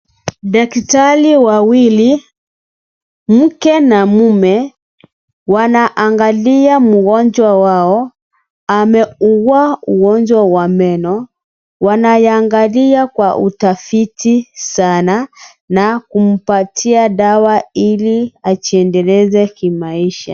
Daktari wawili, mke na mume wanaangalia mgonjwa wao. Amefungua ugonjwa wa meno. Wanaiangalia kwa utafiti sana na kumpatia dawa Ili ajiendeleshe kimaisha.